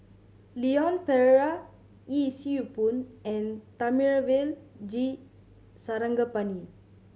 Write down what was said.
Leon Perera Yee Siew Pun and Thamizhavel G Sarangapani